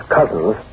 cousins